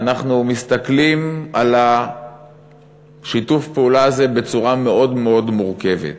אנחנו מסתכלים על שיתוף הפעולה הזה בצורה מאוד מאוד מורכבת.